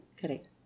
correct